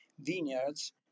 vineyards